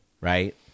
right